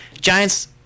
Giants